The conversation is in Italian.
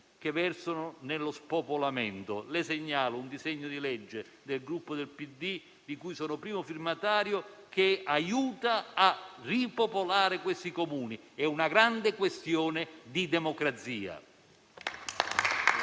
che soffrono lo spopolamento. Le segnalo un disegno di legge del Gruppo PD, di cui sono primo firmatario, che aiuta a ripopolare questi Comuni. È una grande questione di democrazia.